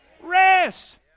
rest